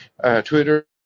Twitter